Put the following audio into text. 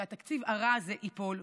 שהתקציב הרע הזה ייפול,